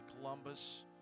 Columbus